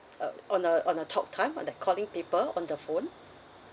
uh on a on a talk time on the calling people on the phone